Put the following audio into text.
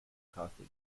coffee